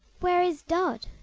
where is dot?